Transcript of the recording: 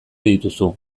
dituzu